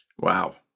Wow